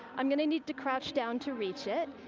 i'm going to need to crouch down to reach it.